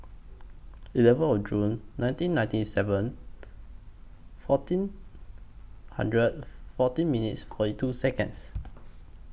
eleven Or June nineteen ninety seven fourteen hundred fourteen minutes forty two Seconds